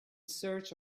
search